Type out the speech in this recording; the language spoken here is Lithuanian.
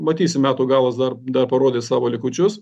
matysim metų galas dar da parodys savo likučius